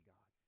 God